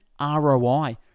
ROI